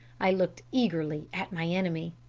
i looked eagerly at my enemy.